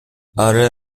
اره